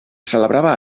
celebrava